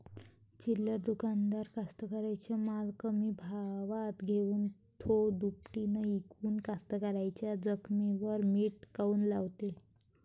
चिल्लर दुकानदार कास्तकाराइच्या माल कमी भावात घेऊन थो दुपटीनं इकून कास्तकाराइच्या जखमेवर मीठ काऊन लावते?